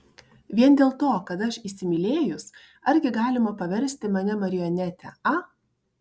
vien dėl to kad aš įsimylėjus argi galima paversti mane marionete a